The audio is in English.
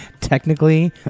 Technically